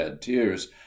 tears